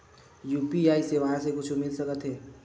UPI सेवाएं से कुछु मिल सकत हे?